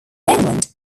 england